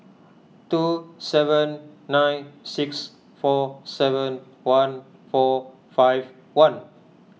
two seven nine six four seven one four five one